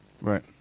Right